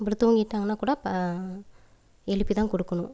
அப்படி தூங்கிவிட்டாங்கனா கூட எழுப்பிதான் கொடுக்கணும்